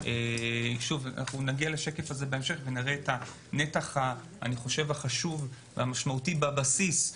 נראה את הנתח החשוב והמשמעותי בבסיסי,